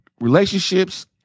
relationships